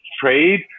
trade